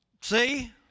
See